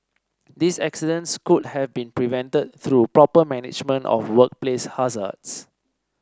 these accidents could have been prevented through proper management of workplace hazards